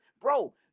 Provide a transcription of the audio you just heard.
Bro